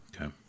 okay